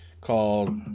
called